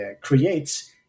creates